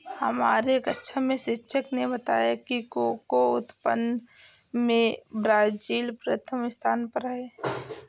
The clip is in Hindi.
हमारे कक्षा में शिक्षक ने बताया कि कोको उत्पादन में ब्राजील प्रथम स्थान पर है